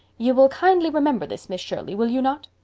you will kindly remember this, miss shirley, will you not?